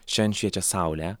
šiandien šviečia saulė